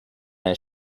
his